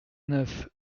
neuf